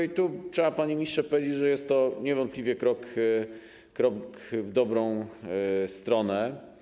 I tu trzeba, panie ministrze, powiedzieć, że jest to niewątpliwie krok w dobrą stronę.